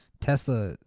Tesla